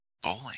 Bowling